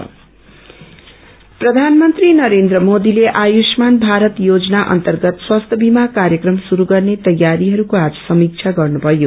steam प्रधानमन्त्री नरेन्द्र मोदीले आयुष्मान भारत योजना अन्तर्गत स्वास्थ्य बीमा क्र्यक्रम शुरू गर्ने तयारीहरूको आज समीक्षा गर्नुभयो